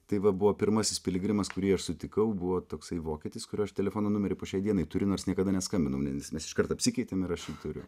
tai va buvo pirmasis piligrimas kurį aš sutikau buvo toksai vokietis kurio aš telefono numerį po šiai dienai turiu nors niekada neskambinau nes mes iškart apsikeitėme ir aš jį turiu